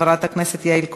חברת הכנסת יעל כהן-פארן,